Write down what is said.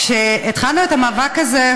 כשהתחלנו את המאבק הזה,